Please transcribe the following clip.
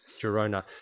Girona